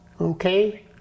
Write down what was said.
Okay